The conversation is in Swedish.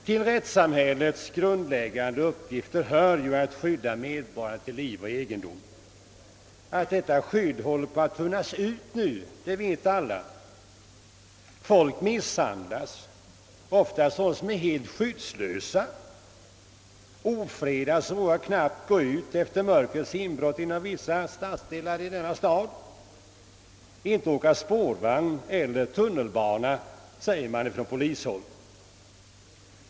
Till rättssamhällets grundläggande uppgifter hör ju att skydda medborgarna till liv och egendom. Att detta skydd håller på att tunnas ut vet vi alla. Personer misshandlas — ofta sådana som är helt skyddslösa — ofredas och vågar knappt gå ut efter mörkrets inbrott inom vissa stadsdelar här i Stockholm, inte åka spårvagn eller tunnelbana, säger man på polishåll.